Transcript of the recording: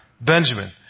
Benjamin